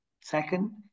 second